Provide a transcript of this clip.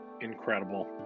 incredible